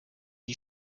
sie